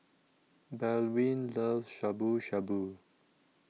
Baldwin loves Shabu Shabu